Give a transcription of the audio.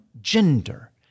gender